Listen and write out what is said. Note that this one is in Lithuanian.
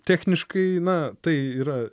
techniškai na tai yra